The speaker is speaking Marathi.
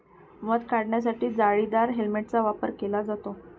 मध काढण्यासाठी जाळीदार हेल्मेटचा वापर केला जातो